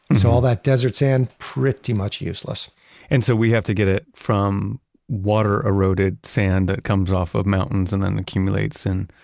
and so all that desert sand, pretty much useless and so we have to get it from water-eroded sand that comes off of mountains and then accumulates in